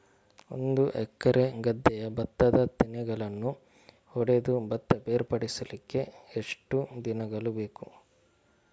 ಒಂದು ಎಕರೆ ಗದ್ದೆಯ ಭತ್ತದ ತೆನೆಗಳನ್ನು ಹೊಡೆದು ಭತ್ತ ಬೇರ್ಪಡಿಸಲಿಕ್ಕೆ ಎಷ್ಟು ದಿನಗಳು ಬೇಕು?